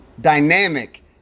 dynamic